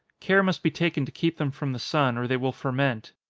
care must be taken to keep them from the sun, or they will ferment.